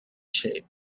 shape